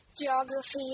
geography